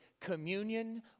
Communion